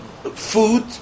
food